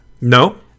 No